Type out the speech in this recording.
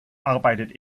arbeitet